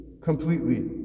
Completely